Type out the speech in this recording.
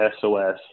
SOS